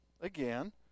again